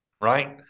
right